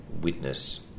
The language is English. witness